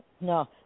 No